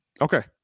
Okay